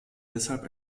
deshalb